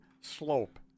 slope